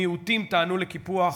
המיעוטים טענו לקיפוח,